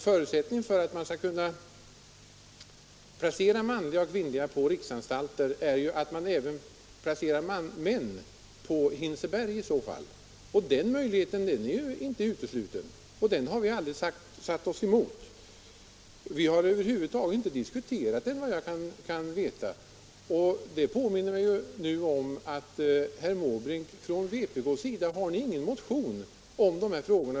Förutsättningen för att man skall kunna placera kvinnliga fångar på manliga riksanstalter är ju att man även kan placera män på Hinseberg. Den möjligheten är ju inte utesluten, och den har vi aldrig satt oss emot — men vi har såvitt jag vet över huvud taget inte diskuterat den. | Jag påminner mig nu, herr Måbrink, att det inte finns någon motion från vpk:s sida i de här frågorna.